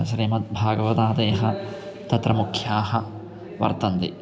श्रीमद्भागवतादयः तत्र मुख्याः वर्तन्ते